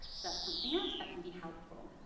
that's something else that can be helpful,